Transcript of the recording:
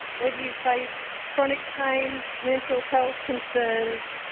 whether you face chronic pain, mental health concerns,